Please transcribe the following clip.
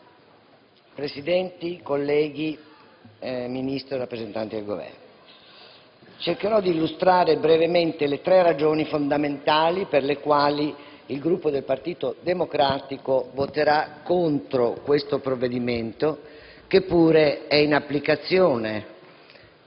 Presidente, colleghi, Ministro, rappresentanti del Governo, cercherò di illustrare le tre ragioni fondamentali per le quali il Gruppo del Partito Democratico voterà contro questo provvedimento, che pure è in applicazione